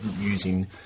using